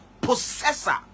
possessor